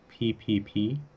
PPP